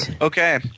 Okay